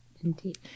Indeed